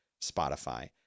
Spotify